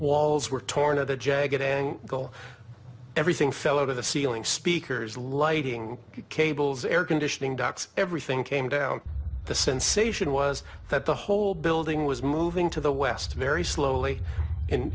walls were torn of the jagat eng goal everything fell out of the ceiling speakers lighting cables air conditioning ducts everything came down the sensation was that the whole building was moving to the west very slowly and